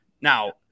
Now